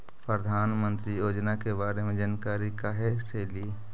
प्रधानमंत्री योजना के बारे मे जानकारी काहे से ली?